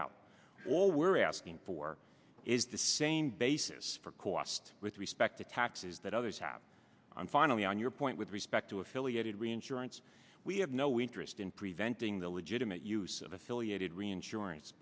out all we're asking for is the same basis for cost with respect to taxes that others have i'm finally on your point with respect to affiliated reinsurance we have no interest in preventing the legitimate use of affiliated reinsurance